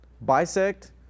Bisect